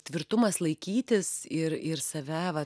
tvirtumas laikytis ir ir save va